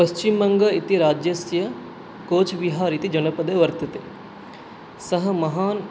पश्चिमबङ्गः इति राज्यस्य कोच् बिहार् इति जनपदे वर्तते सः महान्